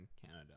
Canada